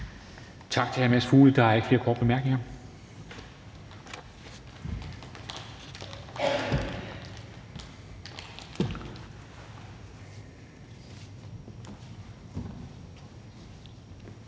Tak til hr. Mads Fuglede. Der er ikke flere korte bemærkninger.